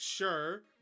Sure